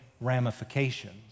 ramifications